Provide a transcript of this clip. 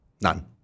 None